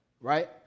right